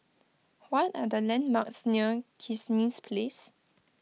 what are the landmarks near Kismis Place